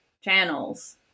channels